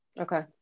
Okay